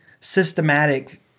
systematic